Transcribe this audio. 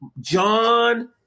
John